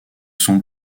son